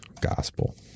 gospel